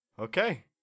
Okay